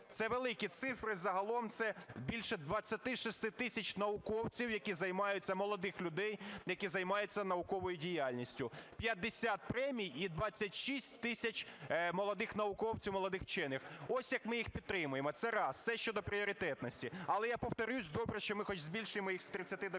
Це великі цифри, загалом це більше 26 тисяч науковців, які займаються, молодих людей, які займаються науковою діяльністю. 50 премій і 26 тисяч молодих науковців, молодих вчених. Ось як ми їх підтримуємо. Це раз. Це щодо пріоритетності. Але, я повторюсь, добре, що ми хоч збільшуємо їх з 30 до 50.